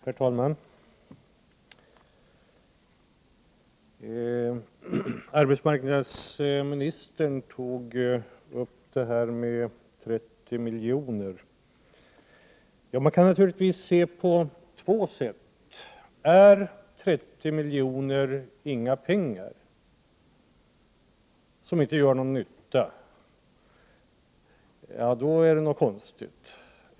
Herr talman! Arbetsmarknadsministern berörde anslaget om 30 milj.kr. Ja, man kan naturligtvis se detta på två sätt. Är 30 milj.kr. pengar som inte gör någon nytta, är det konstigt.